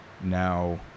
now